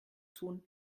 tun